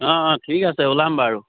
অঁ অঁ ঠিক আছে ওলাম বাৰু